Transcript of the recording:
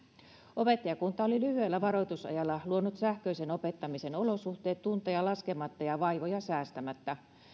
opettajakunta oli lyhyellä varoitusajalla luonut sähköisen opettamisen olosuhteet tunteja laskematta ja vaivoja säästämättä